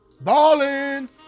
Ballin